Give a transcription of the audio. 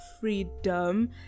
freedom